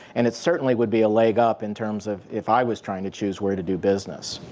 and it certainly would be a leg up in terms of if i was trying to choose where to do business.